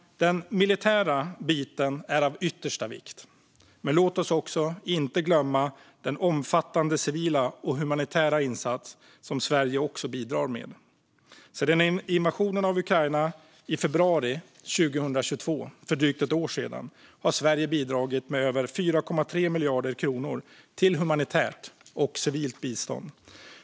Den militära biten är av yttersta vikt, men låt oss inte glömma den omfattande civila och humanitära insats som Sverige också bidrar med. Sedan invasionen av Ukraina i februari 2022, för drygt ett år sedan, har Sverige bidragit med över 4,3 miljarder kronor till humanitärt och civilt bistånd.